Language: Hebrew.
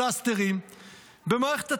פלסטרים במערכת התחבורה: